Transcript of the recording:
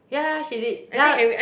ya ya ya she did ya